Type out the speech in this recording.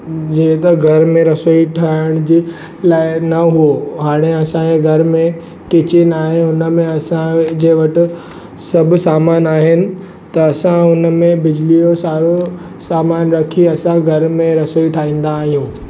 जीअं त घर में रसोई ठाहिण जे लाइ न हो हाणे असांजे घर में किचन आहे हुन में असांजे वटि सभु सामान आहिनि त असां हुन में बिजली जो सारो सामान रखी असां घर में रसोई ठाहींदा आहियूं